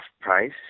price